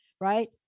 right